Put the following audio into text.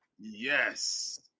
Yes